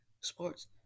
sports